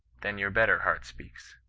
then your better heart speaks.